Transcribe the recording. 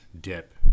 dip